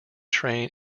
train